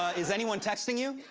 is anyone texting you?